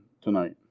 tonight